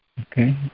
Okay